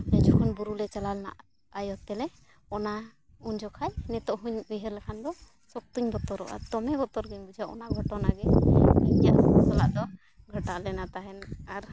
ᱡᱚᱠᱷᱚᱱ ᱵᱩᱨᱩᱞᱮ ᱪᱟᱞᱟᱣ ᱞᱮᱱᱟ ᱟᱭᱳ ᱛᱟᱞᱮ ᱚᱱᱟ ᱩᱱ ᱡᱚᱠᱷᱚᱡ ᱱᱤᱛᱳᱜ ᱦᱚᱸᱧ ᱩᱭᱦᱟᱹᱨ ᱞᱮᱠᱷᱟᱱ ᱫᱚ ᱥᱚᱠᱛᱚᱧ ᱵᱚᱛᱚᱨᱚᱜᱼᱟ ᱫᱚᱢᱮ ᱵᱚᱛᱚᱨᱜᱤᱧ ᱵᱩᱡᱷᱟᱹᱣᱟ ᱚᱱᱟ ᱜᱷᱚᱴᱚᱱᱟᱜᱮ ᱤᱧᱟᱹᱜ ᱥᱟᱞᱟᱜ ᱫᱚ ᱜᱷᱚᱴᱟᱣ ᱞᱮᱱᱟ ᱛᱟᱦᱮᱱ ᱟᱨ